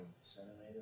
centimeter